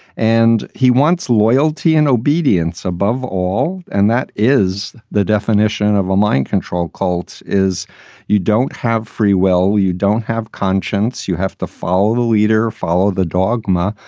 and he wants loyalty and obedience above all. and that is the definition of a mind control cult, is you don't have free well, you don't have conscience. you have to follow the leader, follow the dogma,